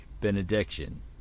benediction